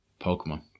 Pokemon